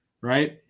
Right